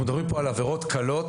אנחנו מדברים פה על עבירות קלות.